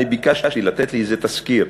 ביקשתי לתת לי איזה תזכיר,